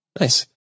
Nice